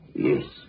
Yes